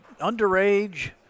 underage